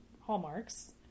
Hallmarks